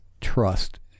trust